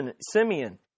Simeon